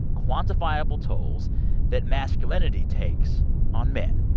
quantifiable tolls that masculinity takes on men.